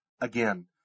again